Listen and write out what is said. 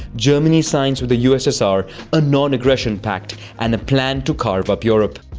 germany signs with the ussr a non-aggression pact and a plan to carve up europe.